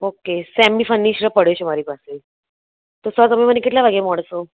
okay semi furnished પડ્યો છે મારી પાસે તો સર તમે મને કેટલા વાગે મળશો